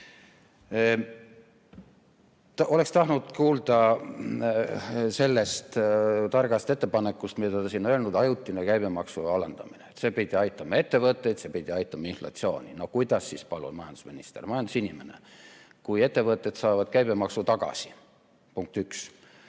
tahtnud kuulda sellest targast ettepanekust, mida ta siin on öelnud: ajutine käibemaksu alandamine. See pidi aitama ettevõtteid, see pidi aitama inflatsiooni probleemi korral. No kuidas siis, palun, majandusminister, majandusinimene? Kui ettevõtted saavad käibemaksu tagasi, punkt üks.